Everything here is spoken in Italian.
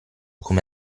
come